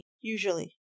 Usually